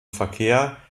verkehr